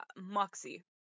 Moxie